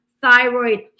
thyroid